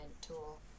tool